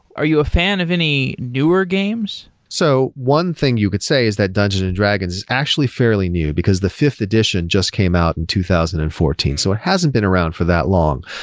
are you a fan of any newer games? so one thing you could say is that dungeons and dragons is actually fairly new, because the fifth edition just came out in two thousand and fourteen. so it hasn't been around for that long.